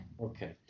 Okay